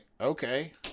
okay